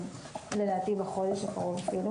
לדעתי אפילו בחודש הקרוב,